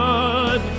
God